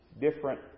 different